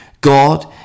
God